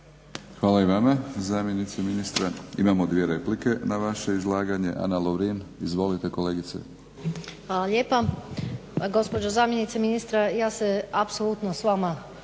Hvala i vama zamjenice ministra. Imamo dvije replike na vaše izlaganje. Ana Lovrin, izvolite kolegice. **Lovrin, Ana (HDZ)** Hvala lijepa. Gospođo zamjenice ministra ja se apsolutno s vama